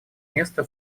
место